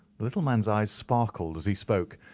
little man's eyes sparkled as he spoke,